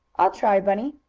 i'll try, bunny.